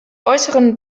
äußeren